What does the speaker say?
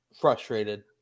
frustrated